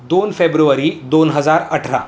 दोन फेब्रुवारी दोन हजार अठरा